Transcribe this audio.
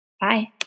Bye